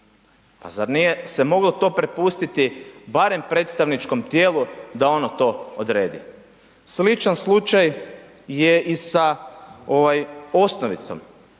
Pa zar nije se to malo prepustiti barem predstavničkom tijelu da ono to odredi? Sličan slučaj je i sa osnovicom